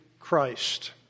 Christ